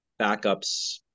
backups